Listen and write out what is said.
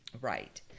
right